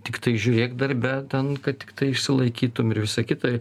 tiktai žiūrėk darbe ten kad tiktai išsilaikytum ir visa kita